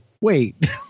wait